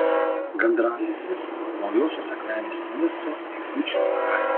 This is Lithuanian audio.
gandralizdis naujosios akmenės miesto eibučių gatvėje